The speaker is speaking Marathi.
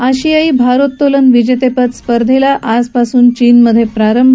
आशियाई भारोत्तोलन विजेतेपद स्पर्धेला आजपासून चीनमधे प्रारंभ